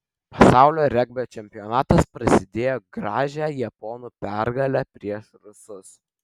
pasaulio regbio čempionatas prasidėjo gražia japonų pergale prieš rusus